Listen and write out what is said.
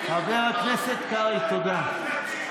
חבר הכנסת קרעי, תודה.